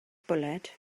bwled